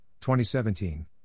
2017